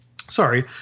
Sorry